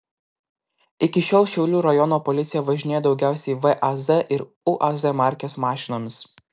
iki šiol šiaulių rajono policija važinėjo daugiausiai vaz ir uaz markės mašinomis